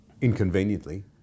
inconveniently